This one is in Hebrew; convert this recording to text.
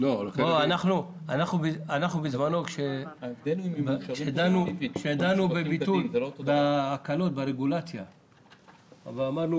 בזמנו כאשר דנו בהקלות ברגולציה אמרנו: